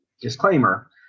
disclaimer